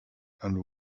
and